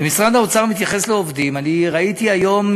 משרד האוצר מתייחס לעובדים, אני ראיתי היום